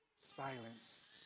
silence